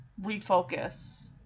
refocus